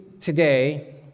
today